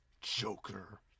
Joker